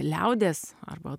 liaudies arba